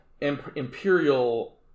Imperial